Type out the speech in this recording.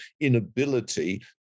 inability